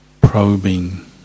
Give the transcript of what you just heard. probing